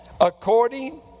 According